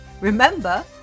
Remember